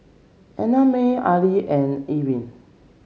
Annamae Arlie and Ilene